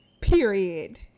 Period